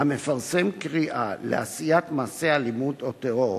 "המפרסם קריאה לעשיית מעשה אלימות או טרור,